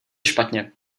špatně